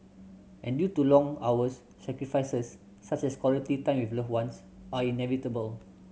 and due to long hours sacrifices such as quality time with loved ones are inevitable